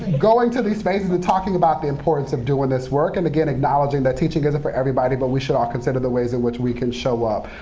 going to these spaces and but talking about the importance of doing this work, and, again, acknowledging that teaching isn't for everybody. but we should all consider the ways in which we can show up.